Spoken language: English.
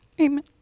Amen